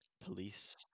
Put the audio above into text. police